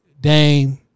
Dame